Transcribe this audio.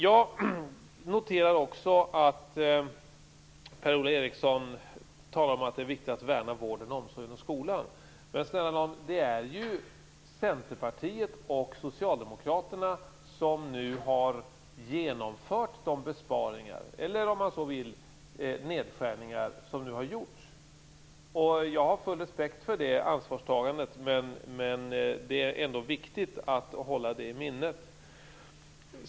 Jag noterar också att Per-Ola Eriksson talar om att det är viktigt att värna vården, omsorgen och skolan. Det är ju Centerpartiet och Socialdemokraterna som har genomfört de besparingar - eller om man så vill, nedskärningar - som har gjorts. Jag har full respekt för det ansvarstagandet. Men det är ändå viktigt att hålla det i minnet.